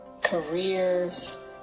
careers